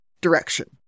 direction